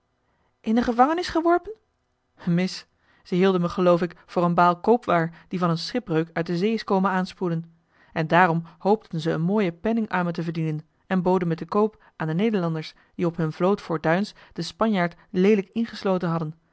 in de gevangenis geworpen mis ze hielden me geloof ik voor een baal koopwaar die van een schipbreuk uit de zee is komen aanspoelen en daarom hoopten ze een mooien penning aan me te verdienen en boden me te koop aan de nederlanders die op hun vloot voor duins den spanjaard leelijk ingesloten hadden